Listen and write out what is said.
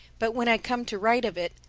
but when i come to write of it,